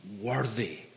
Worthy